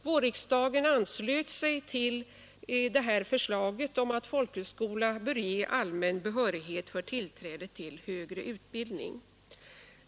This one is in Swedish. Vårriksdagen anslöt sig till det här förslaget om att folkhögskolor bör ge allmän behörighet för tillträde till högre utbildning.